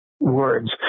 words